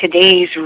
Today's